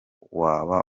waba